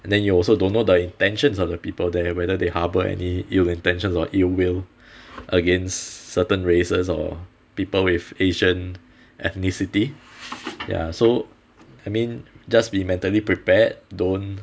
and then you also don't know the intentions of the people there whether they harbour any ill intentions or ill will against certain races or people with asian ethnicity ya so I mean just be mentally prepared don't